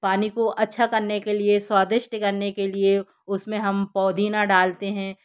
पानी को अच्छा करने के लिए स्वादिष्ट करने के लिए उस में हम पुदीना डालते हैं